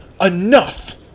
Enough